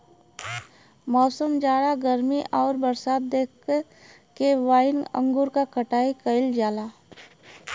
मौसम, जाड़ा गर्मी आउर बरसात देख के वाइन अंगूर क कटाई कइल जाला